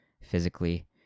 physically